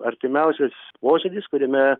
artimiausias posėdis kuriame